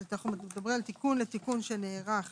אנחנו מדברים על תיקון לתיקון שנערך